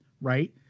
right